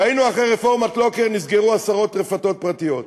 ראינו שאחרי רפורמת לוקר נסגרו עשרות רפתות פרטיות,